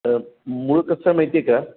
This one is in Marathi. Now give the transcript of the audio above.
तर मूळ कसं आहे माहिती आहे का